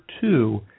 two